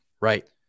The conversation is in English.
Right